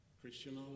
Christian